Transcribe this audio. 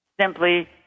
simply